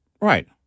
Right